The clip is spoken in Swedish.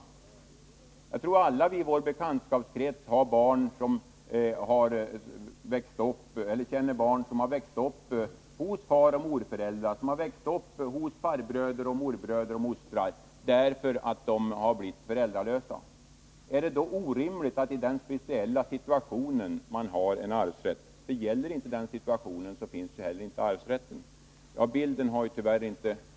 Alla känner vi väl i vår bekantskapskrets något barn som har växt upp hos faroch morföräldrar, hos farbröder, fastrar, morbröder eller mostrar, därför att barnet har blivit föräldralöst. Är det orimligt att det i denna speciella situation finns en arvsrätt? Föreligger inte den här situationen, finns det ju inte heller någon arvsrätt.